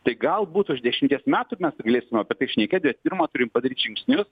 tai galbūt už dešimties metų mes galėsime apie tai šnekėti pirma turim padaryt žingsnius